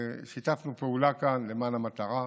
שיתפנו פעולה כאן למען המטרה.